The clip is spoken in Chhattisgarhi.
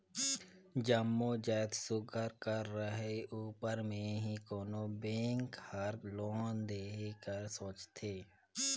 जम्मो जाएत सुग्घर कर रहें उपर में ही कोनो बेंक हर लोन देहे कर सोंचथे